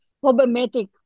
problematic